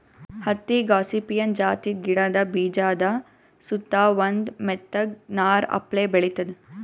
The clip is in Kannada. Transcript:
ಹತ್ತಿ ಗಾಸಿಪಿಯನ್ ಜಾತಿದ್ ಗಿಡದ ಬೀಜಾದ ಸುತ್ತಾ ಒಂದ್ ಮೆತ್ತಗ್ ನಾರ್ ಅಪ್ಲೆ ಬೆಳಿತದ್